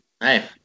Hey